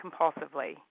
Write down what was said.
compulsively